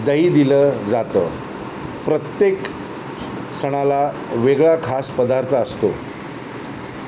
दही दिलं जातं प्रत्येक सणाला वेगळा खास पदार्थ असतो